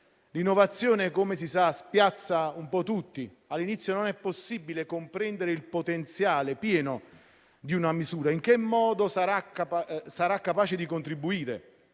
L'innovazione, come si sa, spiazza un po' tutti: all'inizio non è possibile comprendere il pieno potenziale di una misura, in che modo sarà capace di contribuire.